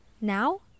Now